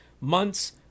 months